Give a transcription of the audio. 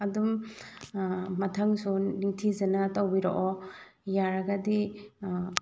ꯑꯗꯨꯝ ꯃꯊꯪꯁꯨ ꯅꯤꯡꯊꯤꯖꯅ ꯇꯧꯕꯤꯔꯛꯑꯣ ꯌꯥꯔꯒꯗꯤ